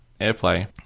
airplay